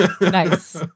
Nice